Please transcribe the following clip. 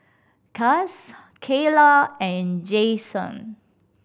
Cass Kaylah and Jaxon